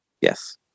Yes